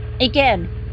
Again